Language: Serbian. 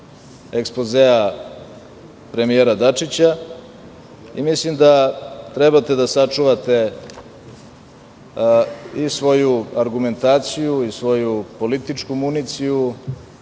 ekspozea premijera Dačića i mislim da trebate da sačuvate i svoju argumentaciju i svoju političku municiju